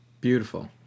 Beautiful